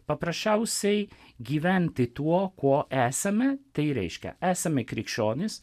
paprasčiausiai gyventi tuo kuo esame tai reiškia esame krikščionys